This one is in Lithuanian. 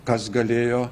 kas galėjo